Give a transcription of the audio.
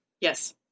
Yes